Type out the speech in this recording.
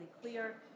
clear